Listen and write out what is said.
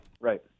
right